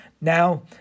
Now